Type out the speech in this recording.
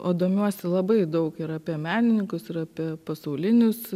o domiuosi labai daug ir apie menininkus ir apie pasaulinius